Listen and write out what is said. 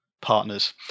Partners